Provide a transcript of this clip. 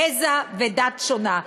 גזע ודת שונה.